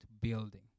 building